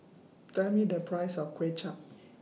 Tell Me The Price of Kuay Chap